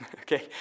okay